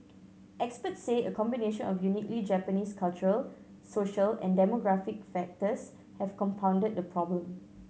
experts say a combination of uniquely Japanese cultural social and demographic factors have compounded the problem